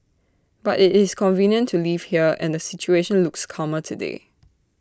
but IT is convenient to live here and the situation looks calmer today